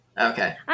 Okay